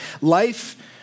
Life